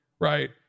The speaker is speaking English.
right